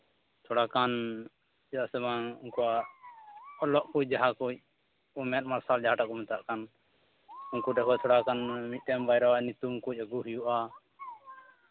ᱛᱷᱚᱲᱟ ᱜᱟᱱ ᱪᱮᱫᱟᱜ ᱥᱮ ᱵᱟᱝ ᱩᱱᱠᱩᱣᱟᱜ ᱚᱞᱚᱜ ᱠᱚ ᱡᱟᱦᱟᱸ ᱠᱚ ᱢᱮᱫ ᱢᱟᱨᱥᱟᱞ ᱡᱟᱦᱟᱸᱴᱟᱜ ᱠᱚ ᱢᱮᱛᱟᱜ ᱠᱟᱱ ᱩᱱᱠᱩ ᱴᱷᱮᱱ ᱠᱷᱚᱱ ᱛᱷᱚᱲᱟ ᱜᱟᱱ ᱢᱤᱫᱴᱟᱱ ᱵᱟᱨᱭᱟ ᱧᱩᱛᱩᱢ ᱠᱚ ᱟᱹᱜᱩ ᱦᱩᱭᱩᱜᱼᱟ